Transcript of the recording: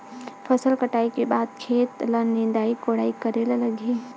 फसल कटाई के बाद खेत ल निंदाई कोडाई करेला लगही?